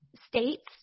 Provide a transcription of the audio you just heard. states